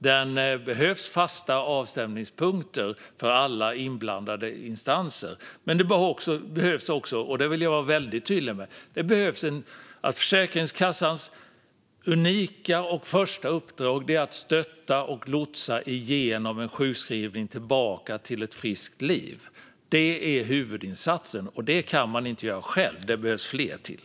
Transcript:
Det behövs fasta avstämningspunkter för alla inblandade instanser, men det behövs också - det vill jag vara väldigt tydlig med - en insikt om att Försäkringskassans unika och första uppdrag är att stötta och lotsa människor genom sjukskrivning tillbaka till ett friskt liv. Det är huvudinsatsen, och det kan Försäkringskassan inte göra själv. Det behövs det fler till.